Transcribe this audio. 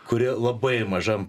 kuri labai mažam